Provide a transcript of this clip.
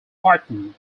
fighting